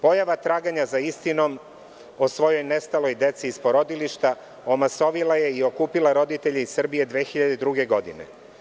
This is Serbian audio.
Pojava traganja za istinom o svojoj nestaloj deci iz porodilišta omasovila je i okupila roditelje iz Srbije 2002. godine.